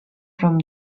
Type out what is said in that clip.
from